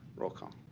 roll call.